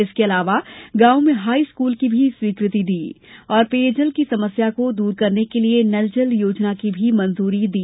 इसके अलावा गांव में हाई स्कूल की स्वीकृति भी दी और पेयजल की समस्या को दूर करने के लिये नलजल योजना की भी मंजूरी दी